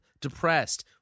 depressed